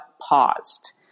paused